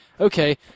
okay